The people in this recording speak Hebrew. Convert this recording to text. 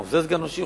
עוזר סגן ראש העיר,